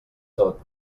tot